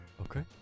Okay